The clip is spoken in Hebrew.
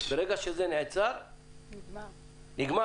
ברגע שזה נעצר, נגמר.